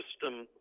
system